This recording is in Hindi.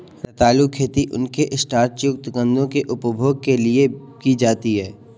रतालू खेती उनके स्टार्च युक्त कंदों के उपभोग के लिए की जाती है